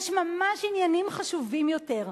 יש ממש עניינים חשובים יותר.